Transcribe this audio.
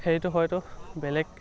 সেইটো হয়তো বেলেগ